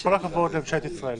אז כל הכבוד לממשלת ישראל.